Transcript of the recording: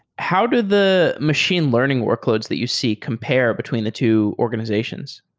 how do the machine learning workloads that you see compare between the two organizations?